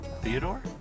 Theodore